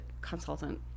consultant